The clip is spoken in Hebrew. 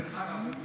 דרך אגב,